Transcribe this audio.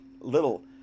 little